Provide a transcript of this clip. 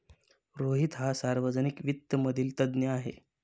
रोहित हा सार्वजनिक वित्त मधील तज्ञ आहे